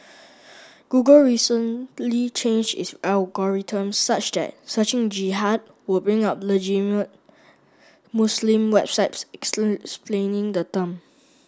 Google recently changed its algorithms such that searching Jihad would bring up Muslim websites explaining the term